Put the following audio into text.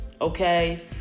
Okay